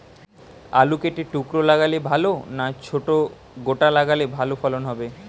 আলু কেটে টুকরো লাগালে ভাল না ছোট গোটা লাগালে ফলন ভালো হবে?